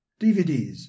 DVDs